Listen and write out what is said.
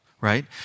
right